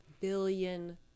billion